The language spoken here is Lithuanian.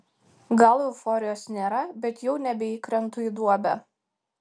gal euforijos nėra bet jau nebeįkrentu į duobę